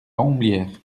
homblières